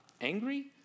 angry